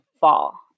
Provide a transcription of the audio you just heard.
fall